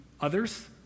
others